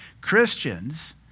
Christians